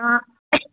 हाँ